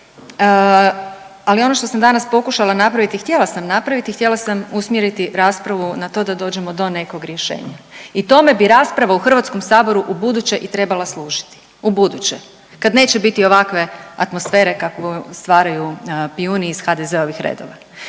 ali ono što sam danas pokušala napraviti i htjela sam napraviti i htjela sam usmjeriti raspravu na to da dođemo do nekog rješenja i tome bi rasprava u HS-u ubuduće i trebala služiti. Ubuduće, kad neće biti ovakve atmosfere kakvu stvaraju pijuni iz HDZ-ovih redova.